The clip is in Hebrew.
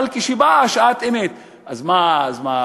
אבל כשבאה שעת אמת, אז מה,